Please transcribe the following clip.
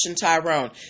Tyrone